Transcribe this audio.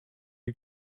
you